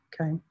okay